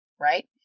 Right